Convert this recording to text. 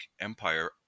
empire